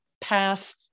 path